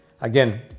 again